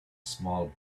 small